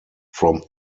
from